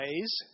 ways